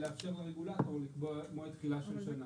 לאפשר לרגולטור לקבוע מה היא תחילה של שנה